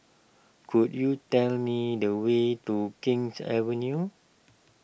could you tell me the way to King's Avenue